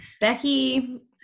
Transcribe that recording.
Becky